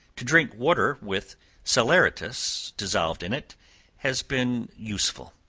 to drink water with salaeratus dissolved in it has been useful.